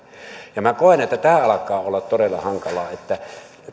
minä koen että tämä alkaa olla todella hankalaa niin että